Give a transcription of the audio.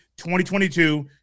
2022